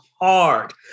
hard